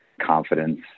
confidence